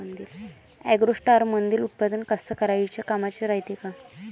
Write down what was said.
ॲग्रोस्टारमंदील उत्पादन कास्तकाराइच्या कामाचे रायते का?